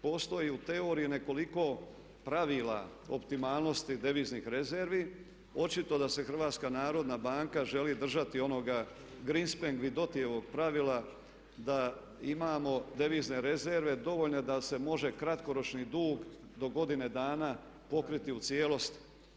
Postoji u teoriji nekoliko pravila optimalnosti deviznih rezervi, očito da se HNB želi držati onoga … pravila da imamo devizne rezerve dovoljne da se može kratkoročni dug do godine dana pokriti u cijelosti.